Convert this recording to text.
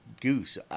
goose